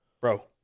Bro